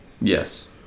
Yes